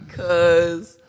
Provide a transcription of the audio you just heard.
cause